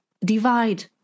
divide